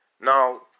Now